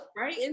right